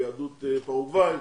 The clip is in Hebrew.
ליהדות פרגוואי,